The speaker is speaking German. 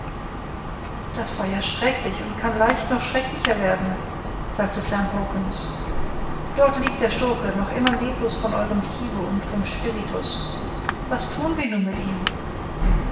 das war ja schrecklich und kann leicht noch schrecklicher werden sagte sam hawkens dort liegt der schurke noch immer leblos von eurem hiebe und vom spiritus was tun wir nun mit ihm